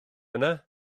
yna